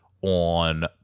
on